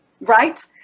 right